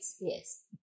Yes